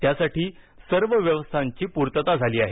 त्यासाठी सर्व व्यवस्थांची पूर्तता झाली आहे